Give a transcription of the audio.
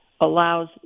allows